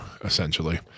essentially